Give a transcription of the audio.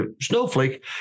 snowflake